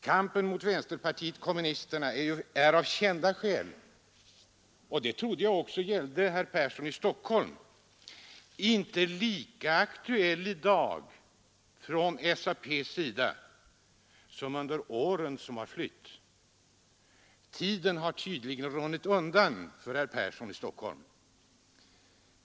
Kampen mot vänsterpartiet kommunisterna är av kända skäl — och det trodde jag gällde också för herr Persson i Stockholm — inte lika aktuell i dag för SAP som den har varit under åren som flytt. Tiden har tydligen runnit undan för herr Persson i Stockholm.